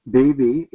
baby